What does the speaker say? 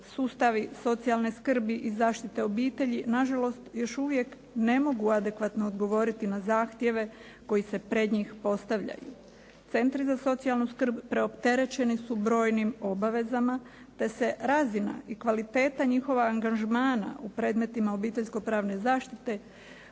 Sustavi socijalne skrbi i zaštite obitelji nažalost još uvijek ne mogu adekvatno odgovoriti na zahtjeve koji se pred njih postavljaju. Centri za socijalnu skrb preopterećeni su brojnim obavezama te se razina i kvaliteta njihova angažmana u predmetima obiteljsko-pravne zaštite